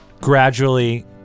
gradually